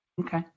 Okay